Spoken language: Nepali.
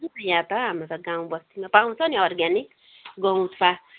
यहाँ त हाम्रो त गाउँ बस्तीमा त पाउँछ नि अर्गानिक गाउँ साग